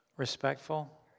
Respectful